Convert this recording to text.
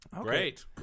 great